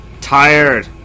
Tired